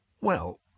Well